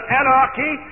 anarchy